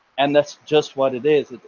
and that's just what it is.